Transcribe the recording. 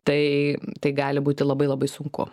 tai tai gali būti labai labai sunku